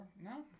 No